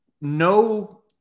no